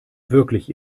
wirklich